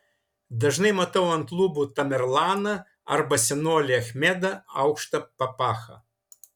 dažnai matau ant lubų tamerlaną arba senolį achmedą aukšta papacha